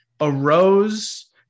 arose